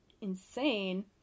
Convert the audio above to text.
insane